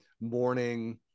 morning